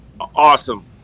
Awesome